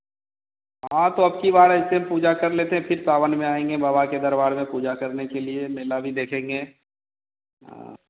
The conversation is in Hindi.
हाँ तो अबकी बार ऐसे पूजा कर लेते हैं फिर सावन में आएँगे बाबा के दरबार में पूजा करने के लिए मेला भी देखेंगे हाँ